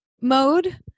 mode